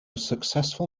successful